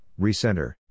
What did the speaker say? recenter